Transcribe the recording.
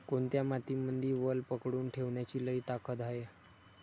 कोनत्या मातीमंदी वल पकडून ठेवण्याची लई ताकद हाये?